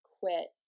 quit